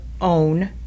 own